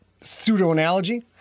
pseudo-analogy